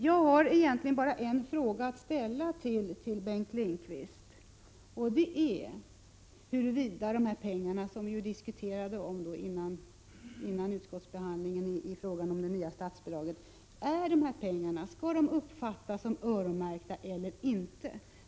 Jag har egentligen bara en fråga att ställa till Bengt Lindqvist, och det är huruvida de här pengarna, som vi diskuterade före utskottsbehandlingen i frågan om det nya statsbidraget, skall uppfattas som öronmärkta eller inte.